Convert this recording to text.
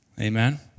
Amen